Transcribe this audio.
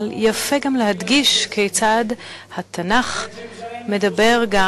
אבל יפה גם להדגיש כיצד התנ"ך מדבר גם